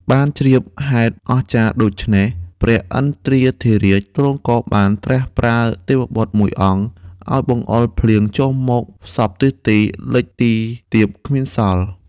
បានជ្រាបហេតុអស្ចារ្យដូច្នេះ ព្រះឥន្ទ្រាធិរាជទ្រង់ក៏បានត្រាស់ប្រើទេវបុត្រមួយអង្គ ឲ្យបង្អុរភ្លៀងចុះមកសព្វទិសទី លិចទីទាបគ្មានសល់។